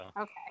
okay